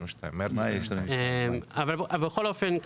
בכל אופן,